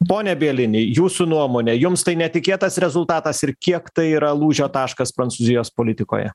pone bielini jūsų nuomone jums tai netikėtas rezultatas ir kiek tai yra lūžio taškas prancūzijos politikoje